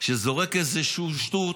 שזורק איזושהי שטות.